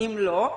במידה ולא,